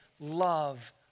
Love